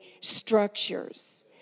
structures